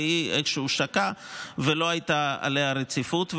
והיא איכשהו שקעה ולא חלה עליה רציפות.